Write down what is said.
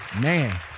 Man